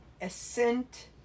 ascent